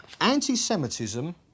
anti-Semitism